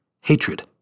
hatred